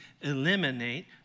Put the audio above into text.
eliminate